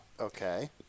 Okay